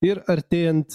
ir artėjant